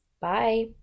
bye